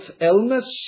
illness